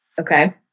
okay